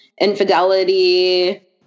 infidelity